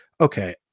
okay